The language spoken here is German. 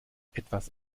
etwas